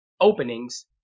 openings